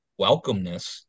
welcomeness